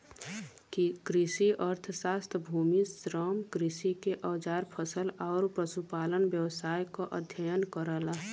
कृषि अर्थशास्त्र भूमि, श्रम, कृषि के औजार फसल आउर पशुपालन व्यवसाय क अध्ययन करला